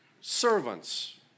servants